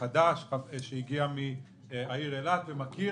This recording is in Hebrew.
חבר כנסת חדש שהגיע מהעיר אילת ומכיר